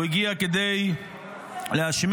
הוא הגיע כדי להשמיד,